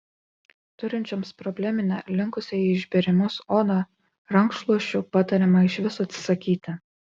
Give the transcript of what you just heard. turinčioms probleminę linkusią į išbėrimus odą rankšluosčių patariama išvis atsisakyti